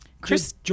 Chris